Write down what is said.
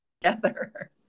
together